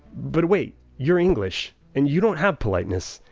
but wait, you're english, and you don't have politeness.